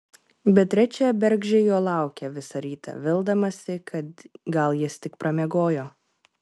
beatričė bergždžiai jo laukė visą rytą vildamasi kad gal jis tik pramiegojo